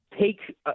Take